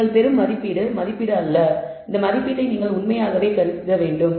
எனவே நீங்கள் பெறும் மதிப்பீடு மதிப்பீடு அல்ல இந்த மதிப்பீட்டை நீங்கள் உண்மையாகவே கருத வேண்டும்